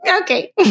Okay